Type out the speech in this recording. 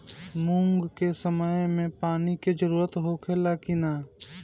मूंग के समय मे पानी के जरूरत होखे ला कि ना?